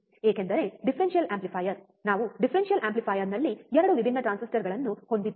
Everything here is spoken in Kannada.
ಏಕೆಂದರೆ ಡಿಫರೆನ್ಷಿಯಲ್ ಆಂಪ್ಲಿಫಯರ್ ನಾವು ಡಿಫರೆನ್ಷಿಯಲ್ ಆಂಪ್ಲಿಫೈಯರ್ನಲ್ಲಿ 2 ವಿಭಿನ್ನ ಟ್ರಾನ್ಸಿಸ್ಟರ್ಗಳನ್ನು ಹೊಂದಿದ್ದೇವೆ